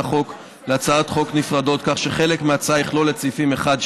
החוק להצעות חוק נפרדות כך שחלק מההצעה יכלול את סעיפים 1,